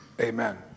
Amen